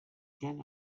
can